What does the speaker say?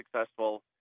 successful